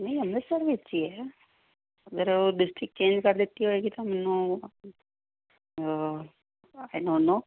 ਨਹੀਂ ਅੰਮ੍ਰਿਤਸਰ ਵਿੱਚ ਹੀ ਹੈ ਫਿਰ ਉਹ ਡਿਸਟ੍ਰਿਕਟ ਚੇਂਜ ਕਰ ਦਿੱਤੀ ਹੋਏਗੀ ਤਾਂ ਮੈਂਨੂੰ